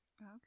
Okay